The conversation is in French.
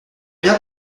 bien